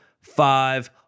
five